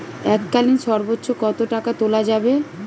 এককালীন সর্বোচ্চ কত টাকা তোলা যাবে?